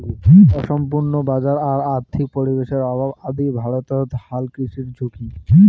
অসম্পূর্ণ বাজার আর আর্থিক পরিষেবার অভাব আদি ভারতত হালকৃষির ঝুঁকি